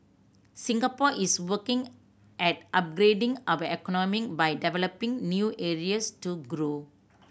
Singapore is working at upgrading our economy by developing new areas to grow